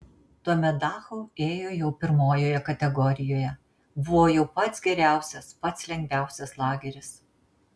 tuomet dachau ėjo jau pirmojoje kategorijoje buvo jau pats geriausias pats lengviausias lageris